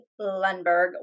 Lundberg